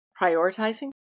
prioritizing